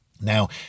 Now